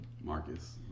Marcus